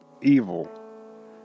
evil